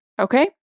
okay